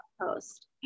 post